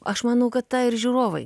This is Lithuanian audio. aš manau kad tą ir žiūrovai